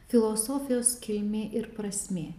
filosofijos kilmė ir prasmė